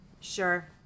Sure